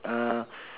uh